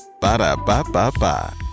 Ba-da-ba-ba-ba